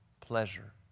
pleasure